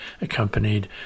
accompanied